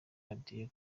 radio